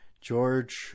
George